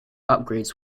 upgrades